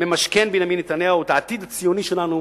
את העתיד הציוני שלנו